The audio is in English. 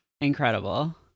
Incredible